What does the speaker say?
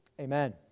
Amen